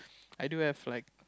I do have like